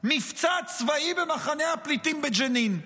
מבצע צבאי במחנה הפליטים בג'נין.